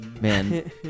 Man